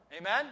Amen